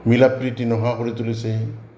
মিলাপ্ৰীতি নোহোৱা কৰি তুলিছে